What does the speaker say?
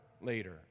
later